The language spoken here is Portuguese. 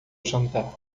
jantar